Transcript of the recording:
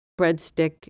breadstick